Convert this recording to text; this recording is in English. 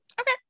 Okay